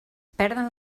perden